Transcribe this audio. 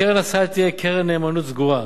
קרן הסל תהיה קרן נאמנות סגורה,